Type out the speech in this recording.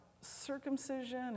circumcision